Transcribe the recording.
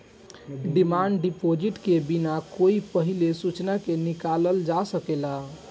demand deposit के बिना कोई पहिले सूचना के निकालल जा सकेला